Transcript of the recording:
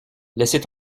laissez